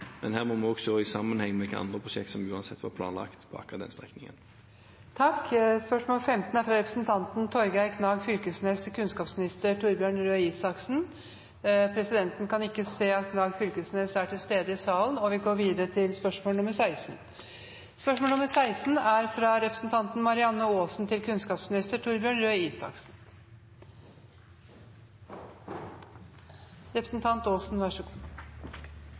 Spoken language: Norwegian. men her må vi også se det i sammenheng med hvilke andre prosjekt som uansett var planlagt på akkurat den strekningen. Spørsmål 15 er fra representanten Torgeir Knag Fylkesnes til kunnskapsminister Torbjørn Røe Isaksen. Presidenten kan ikke se at Knag Fylkesnes er til stede i salen, og vi går til spørsmål 16. «Satsingen på etter- og videreutdanning fortsetter i neste års budsjett. Det er